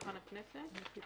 זה מונח על שולחן הכנסת.